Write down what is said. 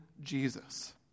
Jesus